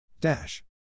dash